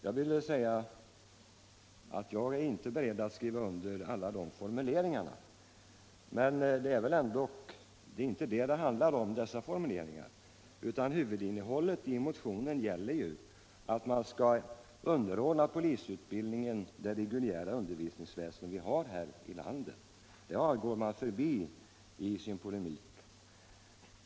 Jag är visserligen inte beredd att skriva under alla dessa formuleringar, men det är väl ändock inte dem det handlar om, utan huvudinnehållet i motionen gäller ju att polisutbildningen skall underordnas det reguljära undervisningsväsen som vi har i vårt land. Detta går man förbi i sin polemik.